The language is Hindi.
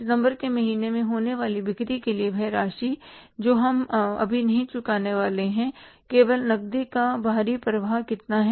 सितंबर के महीने में होने वाली बिक्री के लिए वह राशि जो हम अभी नहीं चुकाने वाले हैं केवल नकदी का बाहरी प्रवाह कितना है